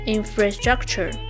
Infrastructure